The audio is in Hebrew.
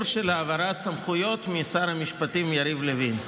של העברת סמכויות משר המשפטים יריב לוין.